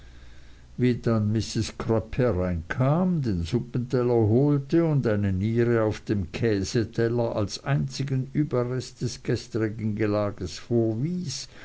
crupp hereinkam den suppenteller holte und eine niere auf dem käseteller als einzigen überrest des gestrigen gelages vorwies